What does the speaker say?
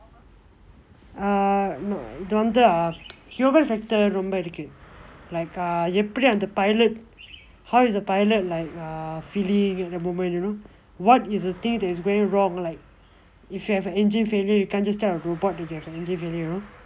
ah no அது வந்து:athu vandthu ah human factor ரொம்ப இருக்கு:rompa irukku like err எப்படி அந்த:eppadi andtha the pilot how is a pilot like err feeling in the moment you know what is a thing that's going wrong like if you have an engine failure you can't just tell a robot if they have நெஞ்சு வலி:naenju vali you know